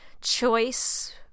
choice